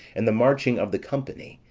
and the marching of the company,